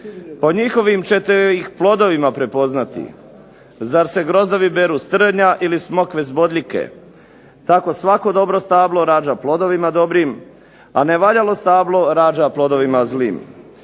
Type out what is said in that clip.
Po njihovim ćete ih plodovima prepoznati. Zar se grozdovi beru s trnja ili smokve s bodljike? Tako svako dobro stablo rađa plodovima dobrim, a nevaljalo stablo rađa plodovima zlim.